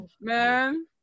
Man